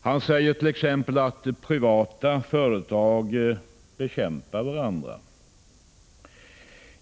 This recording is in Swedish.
Han säger t.ex. att privata företag bekämpar varandra.